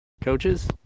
Coaches